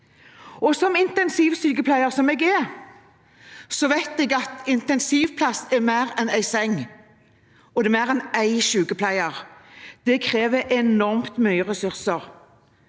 Som intensivsykepleier, slik jeg er, vet jeg at en intensivplass er mer enn en seng, og det er mer enn én sykepleier. Det krever enormt mye ressurser.